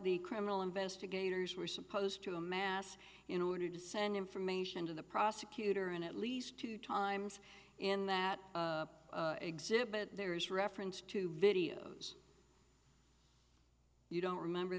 the criminal investigators were supposed to amass in order to send information to the prosecutor and at least two times in that exhibit there is reference to videos you don't remember